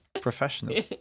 Professional